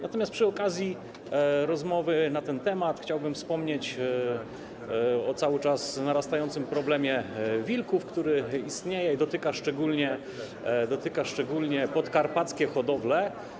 Natomiast przy okazji rozmowy na ten temat chciałbym wspomnieć o cały czas narastającym problemie wilków, który istnieje i dotyka szczególnie podkarpackie hodowle.